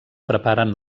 preparen